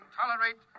tolerate